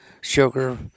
sugar